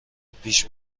پیش